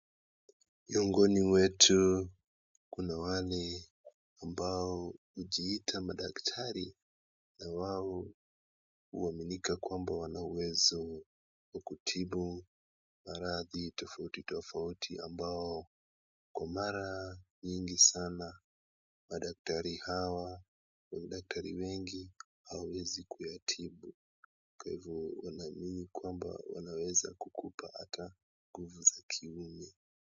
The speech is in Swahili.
Miongoni mwetu kuna wale ambao hujiita madaktari na wao huaminika kwamba wana uwezo wa kutibu maradhi tofauti tofauti ambayo kwa mara nyingi sana madaktari hawa, madaktari wengi hawawezi kuyatibu kwa hivyo wanaamini kwamba wanaweza kukupata hata nguvu za kiume.